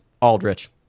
Aldrich